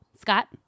Scott